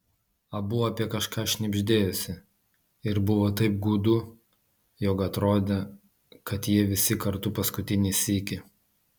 abu apie kažką šnibždėjosi ir buvo taip gūdu jog atrodė kad jie visi kartu paskutinį sykį